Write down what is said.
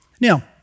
Now